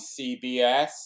CBS